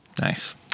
Nice